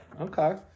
Okay